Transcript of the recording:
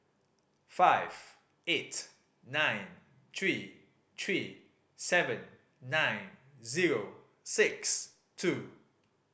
five eight nine three three seven nine zero six two